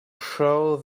show